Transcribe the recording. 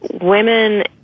women